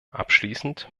abschließend